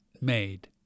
made